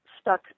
Stuck